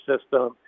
system